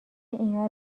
اینا